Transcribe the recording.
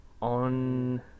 On